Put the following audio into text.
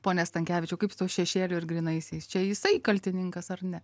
pone stankevičiau kaip su šešėliu ir grynaisiais čia jisai kaltininkas ar ne